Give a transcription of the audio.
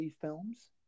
films